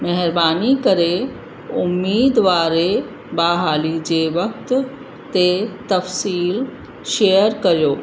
महिरबानी करे उमेद वारे बहाली जे वक़्त ते तफ़सील शेयर कयो